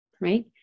right